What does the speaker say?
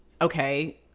okay